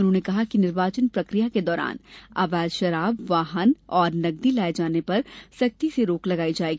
उन्होंने कहा कि निर्वाचन प्रकिया के दौरान अवैध शराब वाहन ओर नगदी लाये जाने पर सख्ती से रोक लगाई जाये